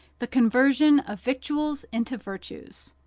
the conversion of victuals into virtues.